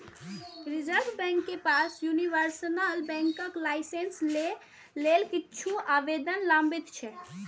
reserve bank के पास universal बैंकक लाइसेंस लेल किछु आवेदन लंबित छै